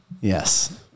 Yes